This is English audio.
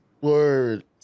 word